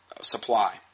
Supply